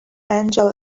angel